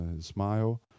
Smile